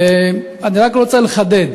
אני רק רוצה לחדד.